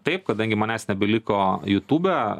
taip kadangi manęs nebeliko jutube